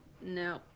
no